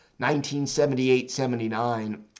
1978-79